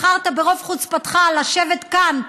בחרת ברוב חוצפתך לשבת כאן,